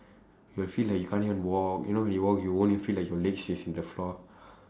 you'll feel like you can't even walk you know when you walk you won't even feel like your legs is in the floor